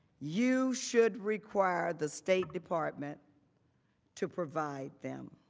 you should require the state department to provide them.